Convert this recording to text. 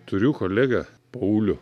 turiu kolegą paulių